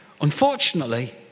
Unfortunately